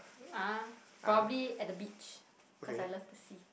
ah probably at the beach cause I love the sea